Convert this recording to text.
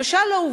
למשל,